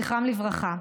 ז"ל.